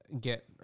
get